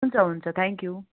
हुन्छ हुन्छ thank you